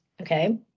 Okay